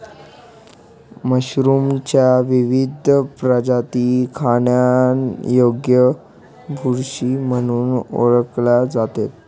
मशरूमच्या विविध प्रजाती खाण्यायोग्य बुरशी म्हणून ओळखल्या जातात